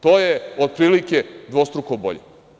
To je otprilike dvostruko bolje.